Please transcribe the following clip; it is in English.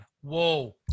whoa